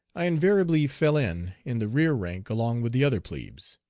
i invariably fell in in the rear rank along with the other plebes.